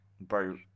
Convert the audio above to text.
bro